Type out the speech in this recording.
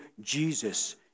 Jesus